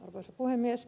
arvoisa puhemies